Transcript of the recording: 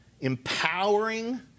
empowering